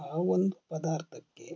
ಆ ಒಂದು ಪದಾರ್ಥಕ್ಕೆ